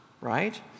right